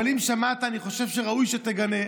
אבל אם שמעת אני חושב שחשוב שתגנה.